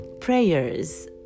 prayers